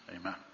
Amen